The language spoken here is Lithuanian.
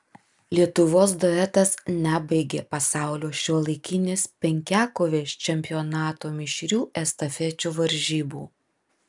lietuvos duetas nebaigė pasaulio šiuolaikinės penkiakovės čempionato mišrių estafečių varžybų